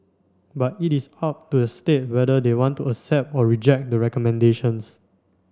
but it is up to the state whether they want to accept or reject the recommendations